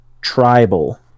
tribal